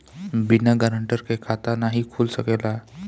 बिना गारंटर के खाता नाहीं खुल सकेला?